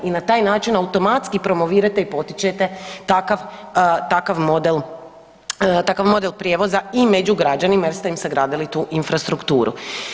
I na taj način automatski promovirate i potičete takav, takav model prijevoza i među građanima jer ste im sagradili tu infrastrukturu.